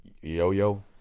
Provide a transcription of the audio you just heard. yo-yo